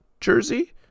jersey